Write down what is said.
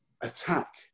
attack